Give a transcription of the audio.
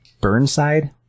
Burnside